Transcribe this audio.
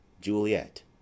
Juliet